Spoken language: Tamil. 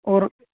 ஒரு